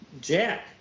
Jack